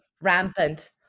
rampant